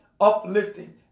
uplifting